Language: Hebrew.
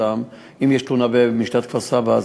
אם יש תלונה במשטרת כפר-סבא,